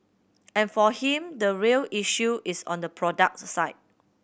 and for him the real issue is on the product side